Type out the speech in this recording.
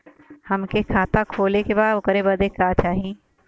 हमके खाता खोले के बा ओकरे बादे का चाही?